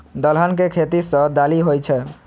दलहन के खेती सं दालि होइ छै